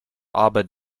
arbor